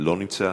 לא נמצא,